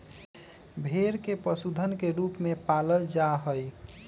भेड़ के पशुधन के रूप में पालल जा हई